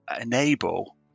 enable